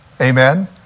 amen